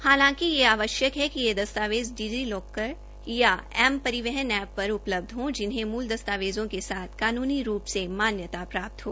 हालांकि यह आवश्यक है कि ये दस्तावेज डिजी लॉकर या एम परिवहन ऐप पर उपलब्ध हों जिन्हें मुल दस्तावेजों के साथ कानूनी रूप से मान्यता प्राप्त हो